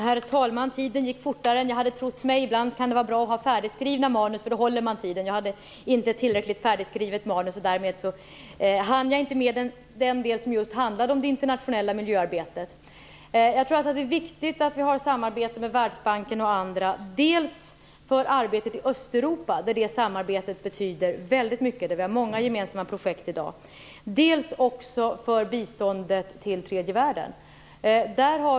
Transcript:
Herr talman! Tiden gick fortare än jag trodde. Ibland kan det vara bra att ha färdigskrivna manus, för då håller man sig till det. Jag hade inte tillräckligt färdigt skrivet manus, och därför hann jag inte med den del som just handlade om det internationella miljöarbetet. Jag tror att det är viktigt att vi har samarbete med Världsbanken dels för arbetet i Östeuropa, där samarbetet betyder väldigt mycket - vi har många gemensamma projekt i dag - dels också för biståndet till tredje världen.